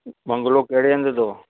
bungalow कहिड़े हंधु अथव